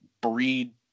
breed